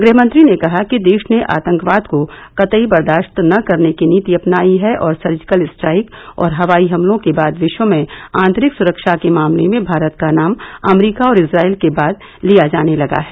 गहमंत्री ने कहा कि देश ने आतंकवाद को कतई बर्दाश्त न करने की नीति अपनाई है और सर्जिकल स्ट्राइक और हवाई हमलों के बाद विश्व में आतंरिक सुरक्षा के मामले में भारत का नाम अमरीका और इस्राइल के बाद लिया जाने लगा है